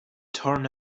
torn